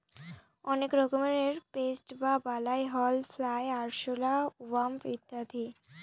অনেক রকমের পেস্ট বা বালাই হল ফ্লাই, আরশলা, ওয়াস্প ইত্যাদি